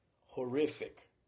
Horrific